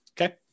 Okay